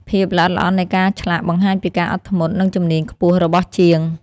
ភាពល្អិតល្អន់នៃការឆ្លាក់បង្ហាញពីការអត់ធ្មត់ និងជំនាញខ្ពស់របស់ជាង។